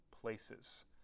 places